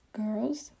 girls